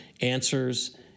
answers